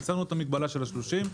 ביטלנו את המגבלה של ה- 30,